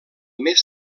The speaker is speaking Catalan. més